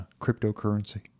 cryptocurrency